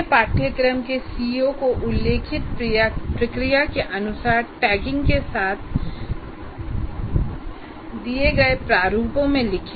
अपने पाठ्यक्रम के सीओ को उल्लिखित प्रक्रिया के अनुसार टैगिंग के साथ दिए गए प्रारूप में लिखें